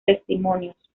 testimonios